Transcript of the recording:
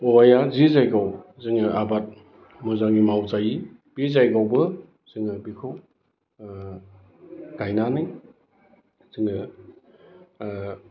औवाया जि जायगायाव जोङो आबाद मोजाङै मावजायि बे जायगायावबो जोङो बेखौ गायनानै जोङो